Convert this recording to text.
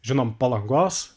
žinom palangos